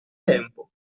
tempo